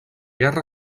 guerra